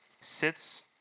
sits